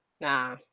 Nah